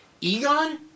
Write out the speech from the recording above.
Egon